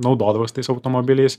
naudodavos tais automobiliais